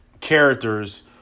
characters